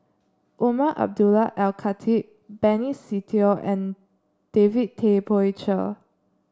Umar Abdullah Al Khatib Benny Se Teo and David Tay Poey Cher